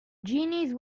genies